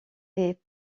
est